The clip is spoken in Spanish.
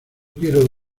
quiero